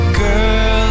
girl